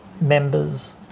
members